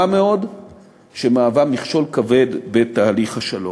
מאוד שמהווה מכשול כבד בתהליך השלום.